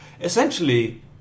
Essentially